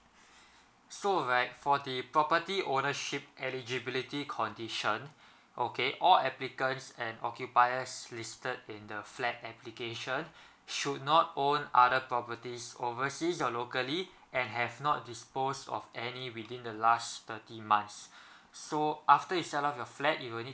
so right for the property ownership eligibility condition okay all applicants and occupiers listed in the flat application should not own other properties overseas or locally and have not dispose of any within the last thirty months so after you sell off your flat you will need